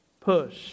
push